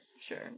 sure